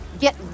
get